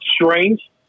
strange